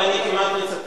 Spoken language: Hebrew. אבל אני כמעט מצטט.